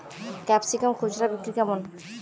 Capsicum খুচরা বিক্রি কেমন?